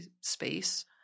space